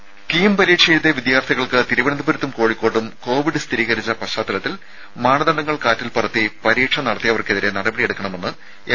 രുമ കീം പരീക്ഷ എഴുതിയ വിദ്യാർഥികൾക്ക് തിരുവനന്തപുരത്തും കോഴിക്കോട്ടും കോവിഡ് സ്ഥിരീകരിച്ച പശ്ചാത്തലത്തിൽ മാനദണ്ഡങ്ങൾ കാറ്റിൽപ്പറത്തി പരീക്ഷ നടത്തിയവർക്കെതിരെ നടപടിയെടുക്കണമെന്ന് എം